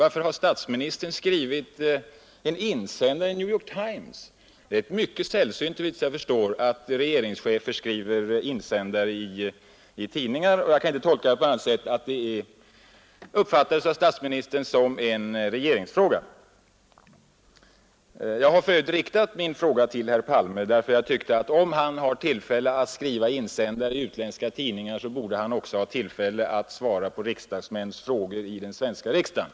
Varför har statsministern skrivit in insändare i New York Times? Det är mycket sällsynt såvitt jag förstår att regeringschefer skriver insändare i tidningar, och jag kan inte tolka det på annat sätt än att denna fråga av statsministern uppfattas som en regeringsfråga. Jag har för övrigt riktat min fråga till herr Palme, ty jag tyckte att om han har tillfälle att skriva insändare i utländska tidningar borde han också ha tillfälle att svara på riksdagsmäns frågor i den svenska riksdagen.